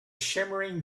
shimmering